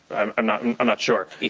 i'm not and i'm not sure.